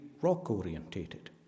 rock-orientated